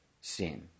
sin